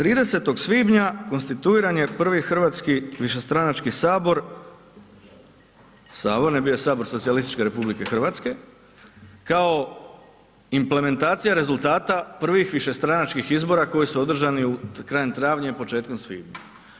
30. svibnja konstituiran je prvi hrvatski višestranački Sabor, on je bio Sabor Socijalističke Republike Hrvatske kao implementacija rezultata prvih višestranačkih izbora koji su održani krajem travnja i početkom svibnja.